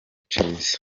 chelsea